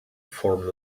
form